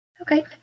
Okay